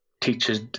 teachers